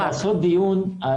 אני שוב חוזר ואומר: לעשות דיון על